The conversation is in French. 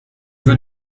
veux